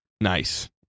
Nice